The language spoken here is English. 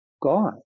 God